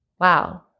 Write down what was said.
Wow